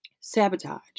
sabotage